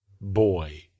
boy